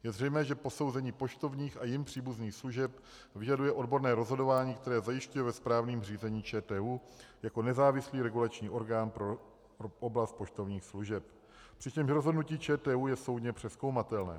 Je zřejmé, že posouzení poštovních a jim příbuzných služeb vyžaduje odborné rozhodování, které zajišťuje ve správním řízení ČTÚ jako nezávislý regulační orgán pro oblast poštovních služeb, přičemž rozhodnutí ČTÚ je soudně přezkoumatelné.